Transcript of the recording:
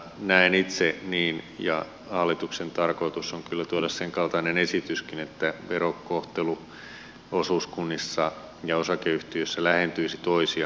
näen itse niin ja hallituksen tarkoitus on kyllä tuoda sen kaltainen esityskin että verokohtelu osuuskunnissa ja osakeyhtiöissä lähentyisi toisiaan